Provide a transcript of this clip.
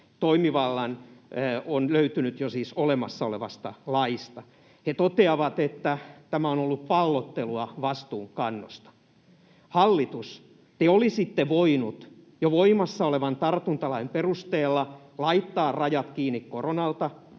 toimivalta on löytynyt siis jo olemassa olevasta laista. He toteavat, että tämä on ollut pallottelua vastuunkannosta. Hallitus, te olisitte voineet jo voimassa olevan tartuntalain perusteella laittaa rajat kiinni koronalta,